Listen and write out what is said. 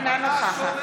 מה שתגיד, לא שומע.